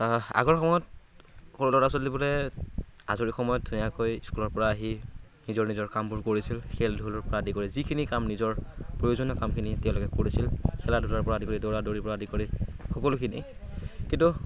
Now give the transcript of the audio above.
আগৰ সময়ত সৰু ল'ৰা ছোৱালীবোৰে আজৰি সময়ত স্কুলৰ পৰা আহি নিজৰ নিজৰ কামবোৰ কৰিছিল খেল ধূলৰ পৰা আদি কৰি যিখিনি কাম নিজৰ প্ৰয়োজনীয় কামখিনি তেওঁলোকে কৰিছিল খেলা ধূলাৰ পৰা আদি কৰি দৌৰা দৌৰিৰ পৰা আদি কৰি সকলোখিনি কিন্তু